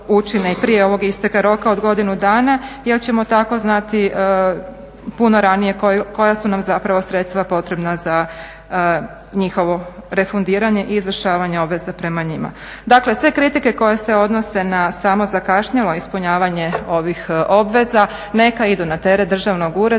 prije ovog isteka roka od godinu dana, jel ćemo tako znati puno ranije koja su nam zapravo sredstva potrebna za njihovo refundiranje i izvršavanje obveza prema njima. Dakle, sve kritike koje se odnose na samo zakašnjelo ispunjavanje ovih obveza, neka idu na teret Državnog ureda